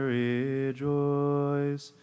rejoice